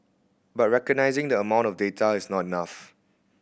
but recognising the amount of data is not enough